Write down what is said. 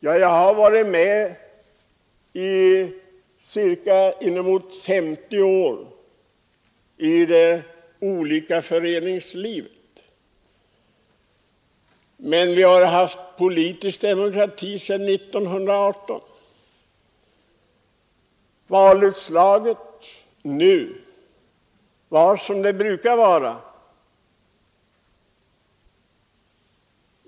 Jag har varit med i 50 år i olika delar av föreningslivet.